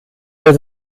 der